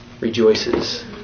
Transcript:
rejoices